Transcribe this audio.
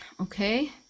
Okay